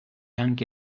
anche